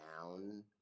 down